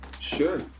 Sure